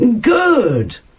Good